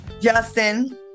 Justin